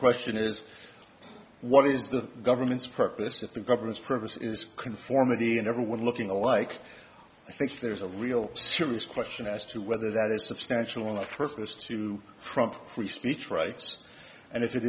question is what is the government's purpose of the government's purpose is conformity and everyone looking alike i think there's a real serious question as to whether that is substantial enough purpose to free speech rights and if it